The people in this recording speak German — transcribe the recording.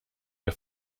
der